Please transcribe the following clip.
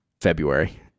February